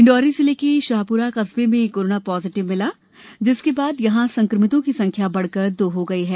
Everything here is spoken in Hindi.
डिंडोरी जिले के शहप्रा कस्बे में एक कोरोना पॉजिटिव मिला जिसके बाद यहां संक्रमितों की संख्या बढ़कर दो हो गयी है